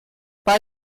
bei